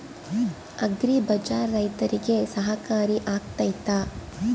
Agri Bazaar ರೈತರಿಗೆ ಸಹಕಾರಿ ಆಗ್ತೈತಾ?